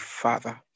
father